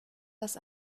das